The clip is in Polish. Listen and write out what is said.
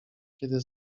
kiedy